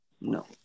No